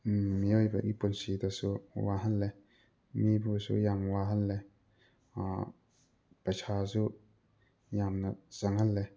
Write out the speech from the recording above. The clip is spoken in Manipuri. ꯃꯤꯑꯣꯏꯕꯒꯤ ꯄꯨꯟꯁꯤꯗꯁꯨ ꯋꯥꯍꯜꯂꯦ ꯃꯤꯕꯨꯁꯨ ꯌꯥꯝ ꯋꯥꯍꯜꯂꯦ ꯄꯩꯁꯥꯁꯨ ꯌꯥꯝꯅ ꯆꯪꯍꯜꯂꯦ